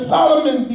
Solomon